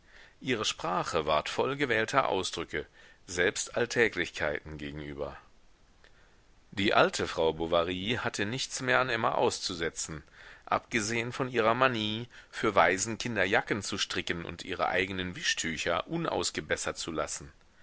ihre sprache ward voll gewählter ausdrücke selbst alltäglichkeiten gegenüber die alte frau bovary hatte nichts mehr an emma auszusetzen abgesehen von ihrer manie für waisenkinder jacken zu stricken und ihre eigenen wischtücher unausgebessert zu lassen